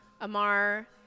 Amar